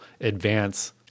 advance